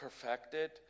perfected